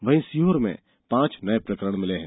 वहीं सीहोर में पांच नये मरीज मिले हैं